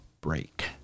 break